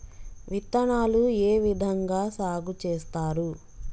విత్తనాలు ఏ విధంగా సాగు చేస్తారు?